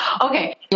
Okay